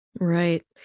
Right